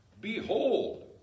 Behold